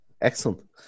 Excellent